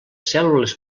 cèl·lules